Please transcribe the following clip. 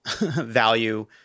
value